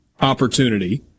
opportunity